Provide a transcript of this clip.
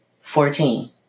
Fourteen